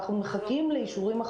אנחנו מחכים לאישורים.